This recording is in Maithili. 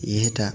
इएह टा